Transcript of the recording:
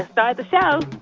ah start the show